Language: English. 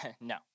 no